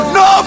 no